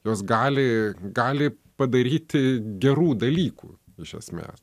jos gali gali padaryti gerų dalykų iš esmės